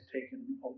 taken